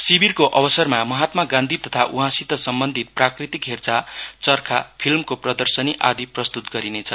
शिविरको अवसरमा महात्मा गान्धी तथा उहाँसित सम्बन्धित प्राकृतिक हेरचाह चर्खा फिल्मको प्रदर्शीआदि प्रस्तुत गरिने छ